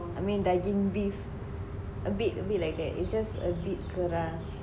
I mean daging beef a bit a bit like that it just a bit keras